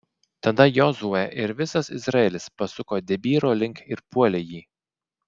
tada jozuė ir visas izraelis pasuko debyro link ir puolė jį